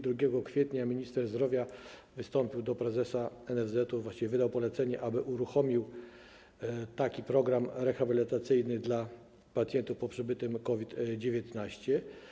2 kwietnia minister zdrowia wystąpił do prezesa NFZ, właściwie wydał polecenie, aby uruchomił taki program rehabilitacyjny dla pacjentów po przebytym COVID-19.